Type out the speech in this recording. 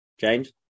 James